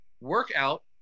workout